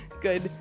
Good